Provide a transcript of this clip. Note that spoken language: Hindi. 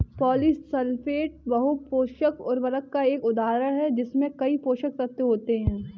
पॉलीसल्फेट बहु पोषक उर्वरक का एक उदाहरण है जिसमें कई पोषक तत्व होते हैं